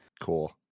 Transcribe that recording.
Cool